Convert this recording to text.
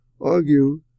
argue